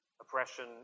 oppression